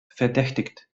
verdächtigt